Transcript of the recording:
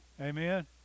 Amen